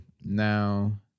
Now